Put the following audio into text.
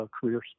careers